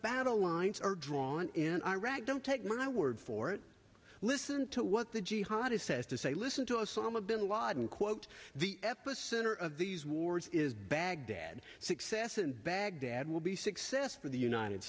battle lines are drawn in iraq don't take my word for it listen to what the jihadi says to say listen to osama bin ladin quote the epicenter of these wars is baghdad success in baghdad will be success for the united